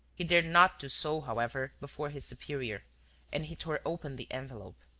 he dared not do so, however, before his superior and he tore open the envelope.